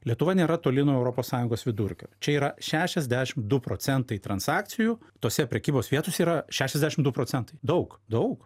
lietuva nėra toli nuo europos sąjungos vidurkio čia yra šešiasdešim du procentai transakcijų tose prekybos vietose yra šešiasešim du procentai daug daug